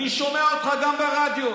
אני שומע אותך גם ברדיו,